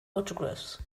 autographs